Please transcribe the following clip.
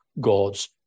God's